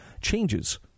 changes